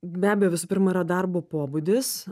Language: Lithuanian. be abejo visų pirma yra darbo pobūdis